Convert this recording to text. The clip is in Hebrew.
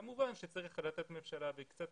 כמובן שצריך החלטת ממשלה וקצת תקציבים.